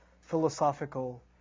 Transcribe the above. philosophical